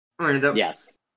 yes